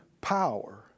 power